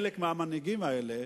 חלק מהמנהיגים האלה